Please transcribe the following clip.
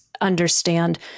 understand